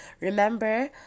Remember